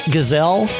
Gazelle